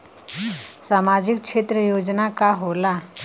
सामाजिक क्षेत्र योजना का होला?